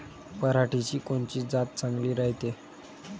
पऱ्हाटीची कोनची जात चांगली रायते?